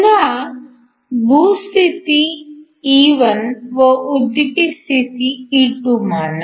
पुन्हा भू स्थिती E1 व उद्दीपित स्थिती E2 माना